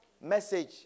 message